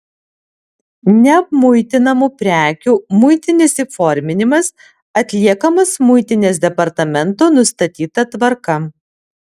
neapmuitinamų prekių muitinis įforminimas atliekamas muitinės departamento nustatyta tvarka